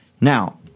Now